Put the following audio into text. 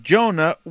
Jonah